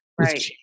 Right